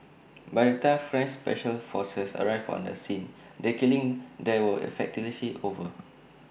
by the time French special forces arrived on the scene the killings there were effectively over